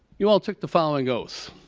y'all took the following oath.